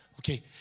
Okay